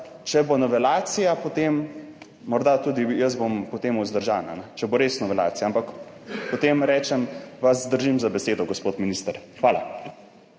če bo novelacija, potem bom morda tudi jaz vzdržan, če bo res novelacija. Ampak potem rečem, da vas držim za besedo, gospod minister. Hvala.